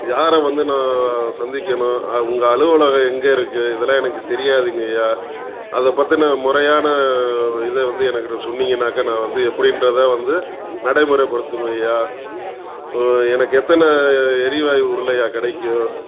யாரை வந்து நான் சந்திக்கணும் உங்கள் அலுவலகம் எங்கே இருக்குது இதெல்லாம் எனக்குத் தெரியாதுங்கய்யா அதைப் பற்றின முறையான இதை வந்து என்க்கிட்ட சொன்னீங்கன்னாக்கால் நான் வந்து எப்படின்றத வந்து நடைமுறைப்படுத்துவேங்கய்யா எனக்கு எத்தனை எரிவாயு உருளைய்யா கிடைக்கும்